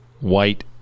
white